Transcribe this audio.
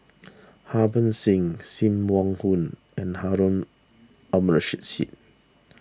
Harbans Singh Sim Wong Hoo and Harun Aminurrashid